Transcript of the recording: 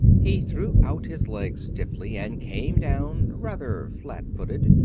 he threw out his legs stiffly and came down rather flat-footed,